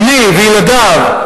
בני וילדיו,